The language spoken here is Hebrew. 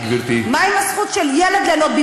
מה עם הזכות של הילד ליהנות,